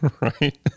right